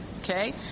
okay